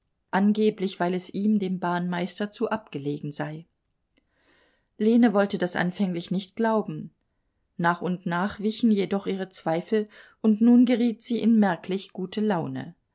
angeblich weil es ihm dem bahnmeister zu abgelegen sei lene wollte das anfänglich nicht glauben nach und nach wichen jedoch ihre zweifel und nun geriet sie in merklich gute laune